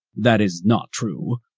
that is not true,